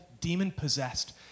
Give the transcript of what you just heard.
demon-possessed